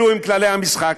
אלו כללי המשחק,